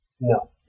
No